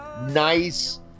nice